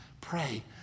pray